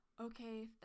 Okay